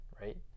right